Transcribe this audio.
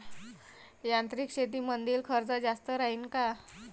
यांत्रिक शेतीमंदील खर्च जास्त राहीन का?